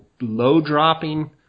low-dropping